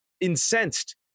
incensed